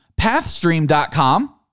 pathstream.com